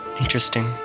interesting